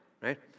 right